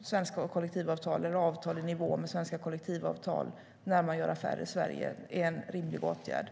svenska kollektivavtal eller avtal i nivå med svenska kollektivavtal när man gör affärer i Sverige är exempelvis en rimlig åtgärd.